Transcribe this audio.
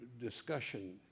discussion